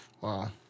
Wow